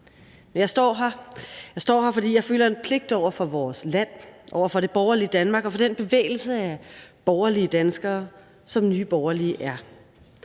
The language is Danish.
Jeg står her, fordi jeg føler en pligt over for vores land, over for det borgerlige Danmark og over for den bevægelse af borgerlige danskere, som Nye Borgerlige er.